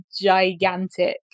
gigantic